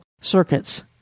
circuits